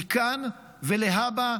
מכאן ולהבא,